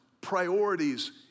priorities